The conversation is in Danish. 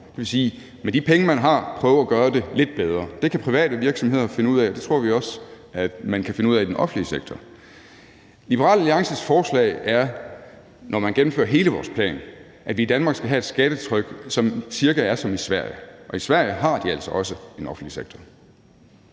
år til år – dvs. med de penge, man har, prøve at gøre det lidt bedre. Det kan private virksomheder finde ud af, og det tror vi også at man kan finde ud af i den offentlige sektor. Liberal Alliances forslag er, når man gennemfører hele vores plan, at vi i Danmark skal have et skattetryk, som cirka er som i Sverige, og i Sverige har de altså også en offentlig sektor.